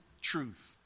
truth